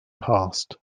past